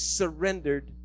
surrendered